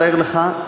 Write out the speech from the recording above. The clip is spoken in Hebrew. תאר לך,